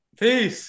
Peace